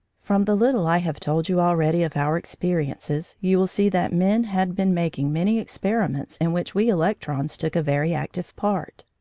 from the little i have told you already of our experiences, you will see that men had been making many experiments in which we electrons took a very active part.